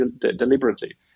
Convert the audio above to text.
deliberately